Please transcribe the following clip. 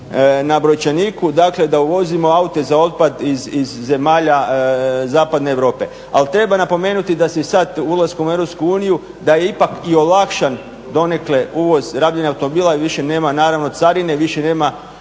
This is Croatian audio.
na brojčaniku, dakle da vozimo aute za otpad iz zemalja zapadne Europe. Ali treba napomenuti da sada ulaskom u EU da je ipak i olakšan donekle uvoz rabljenih automobila jer više nema carine, nema